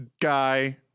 guy